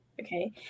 Okay